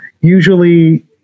usually